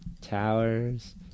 Towers